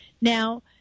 Now